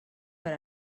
per